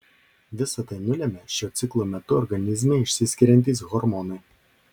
visa tai nulemia šiuo ciklo metu organizme išsiskiriantys hormonai